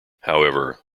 however